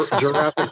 Jurassic